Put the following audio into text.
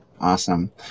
Awesome